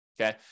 okay